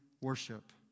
worship